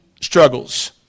struggles